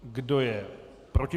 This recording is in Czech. Kdo je proti?